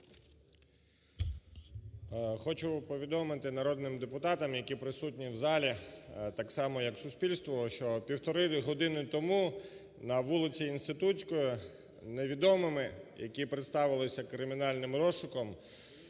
Хочу повідомити народним депутатам, які присутні в залі, так само, як і суспільству, що півтори години тому на вулиці Інститутській невідомими, які представилися кримінальним розшуком,